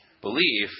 belief